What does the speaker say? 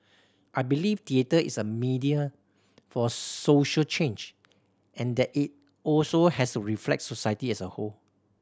I believe theatre is a medium for social change and that it also has to reflect society as a whole